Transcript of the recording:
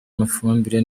amafumbire